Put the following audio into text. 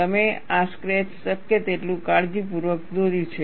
તમે આ સ્કેચ શક્ય તેટલું કાળજીપૂર્વક દોર્યું છે